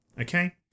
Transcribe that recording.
okay